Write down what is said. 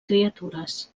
criatures